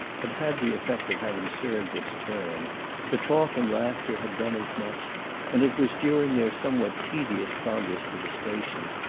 had had the effect of having served its turn the talk and laughter had done as much and it was during their somewhat tedious progress to the station,